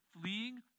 fleeing